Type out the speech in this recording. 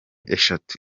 eshatu